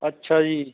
ਅੱਛਾ ਜੀ